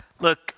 look